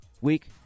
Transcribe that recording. week